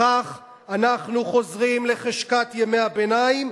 בכך אנחנו חוזרים לחשכת ימי הביניים,